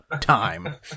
time